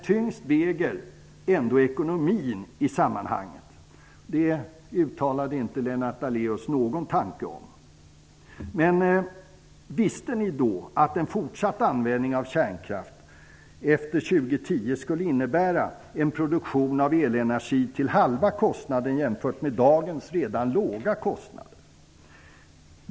Tyngst väger ändå ekonomin i sammanhanget. Det uttalade inte Lennart Daléus någon tanke om. Visste ni att en fortsatt användning av kärnkraft efter år 2010 skulle innebära en produktion av eleneregi till halva kostnaden jämfört med dagens redan låga kostnader?